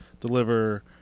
deliver